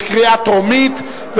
בקריאה טרומית,